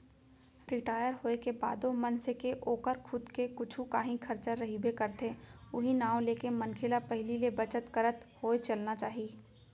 retire होए के बादो मनसे के ओकर खुद के कुछु कांही खरचा रहिबे करथे उहीं नांव लेके मनखे ल पहिली ले बचत करत होय चलना चाही